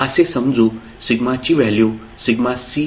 असे समजू सिग्माची व्हॅल्यू सिग्मा c आहे